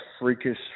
freakish